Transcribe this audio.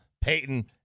Peyton